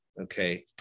okay